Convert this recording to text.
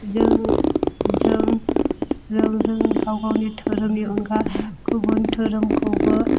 जों जों गाव गावनि धोरोमनि अनगा गुबुन धोरोमखौबो